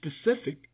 specific